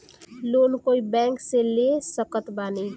Loan कोई bank से ले सकत बानी?